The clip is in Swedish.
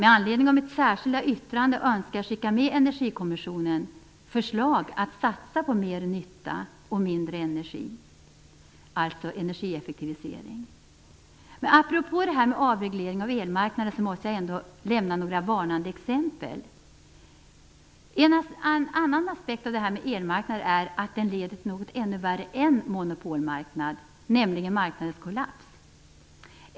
Med anledning av mitt särskilda yttrande önskar jag skicka med till Energikommissionen ett förslag att satsa på mer nytta och mindre energi - alltså energieffektivisering. Apropå avreglering av elmarknaden måste jag lämna några varnande exempel. En annan aspekt av detta med elmarknad är att den leder till något ännu värre än monopolmarknad, nämligen marknadens kollaps.